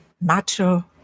macho